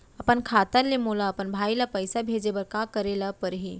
अपन खाता ले मोला अपन भाई ल पइसा भेजे बर का करे ल परही?